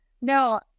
No